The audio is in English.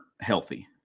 healthy